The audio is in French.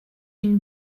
une